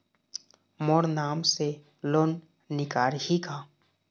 मोर नाम से लोन निकारिही का?